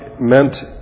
meant